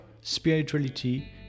spirituality